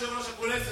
יושב-ראש הקואליציה,